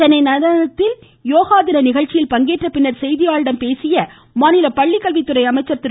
சென்னை நந்தனத்தில் யோகாதின நிகழ்ச்சியில் பங்கேற்ற பின் செய்தியாளர்களிடம் பேசிய மாநில பள்ளிக்கல்வித்துறை அமைச்சர் திரு